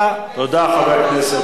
ההתגייסות ליחידות קרביות רק הולכת ועולה.